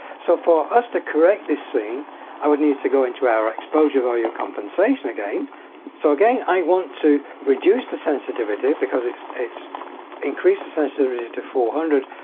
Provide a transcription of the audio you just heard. so for us to correct this scene i would need to go into our exposure value compensation again so again i want to reduce the sensitivity because it's it's increased the sensitivity to to four hundred.